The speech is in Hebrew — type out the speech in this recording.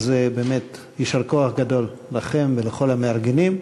על זה יישר כוח גדול לכם ולכל המארגנים.